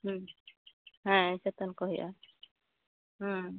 ᱦᱮᱸ ᱦᱮᱸ ᱪᱮᱛᱚᱱ ᱠᱚ ᱦᱩᱭᱩᱜᱼᱟ ᱦᱮᱸ